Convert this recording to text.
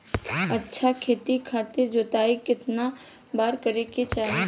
अच्छा खेती खातिर जोताई कितना बार करे के चाही?